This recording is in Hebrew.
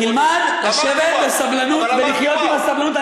תלמד לשבת בסבלנות ולחיות עם הסבלנות.